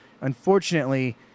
Unfortunately